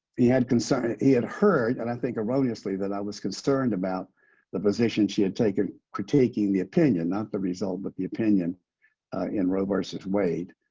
he had concerns he had heard, and i think erroneously, that i was concerned about the position she had taken critiquing the opinion not the result, but the opinion in roe versus wade.